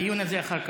הדיון הזה, אחר כך.